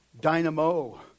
dynamo